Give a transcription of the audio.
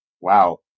Wow